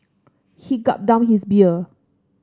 he gulped down his beer